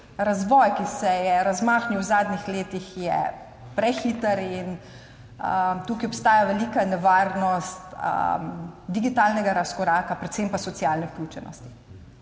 razvoj, ki se je razmahnil v zadnjih letih, je prehiter in tukaj obstaja velika nevarnost digitalnega razkoraka, predvsem pa socialne izključenosti.